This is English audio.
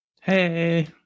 Hey